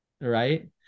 right